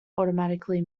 automatically